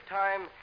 time